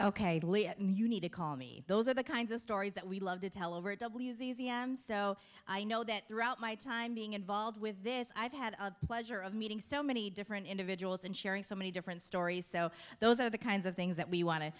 ok and you need to call me those are the kinds of stories that we love to tell over at w z z m so i know that throughout my time being involved with this i've had the pleasure of meeting so many different individuals and sharing so many different stories so those are the kinds of things that we want to